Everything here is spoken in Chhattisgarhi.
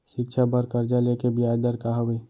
शिक्षा बर कर्जा ले के बियाज दर का हवे?